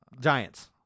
Giants